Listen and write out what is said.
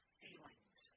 feelings